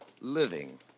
living